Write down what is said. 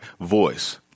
voice